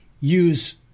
use